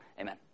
Amen